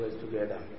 together